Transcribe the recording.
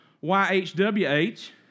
Y-H-W-H